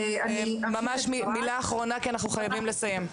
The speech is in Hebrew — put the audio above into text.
ממש מילה אחרונה כי אנחנו חייבים לסיים.